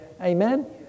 Amen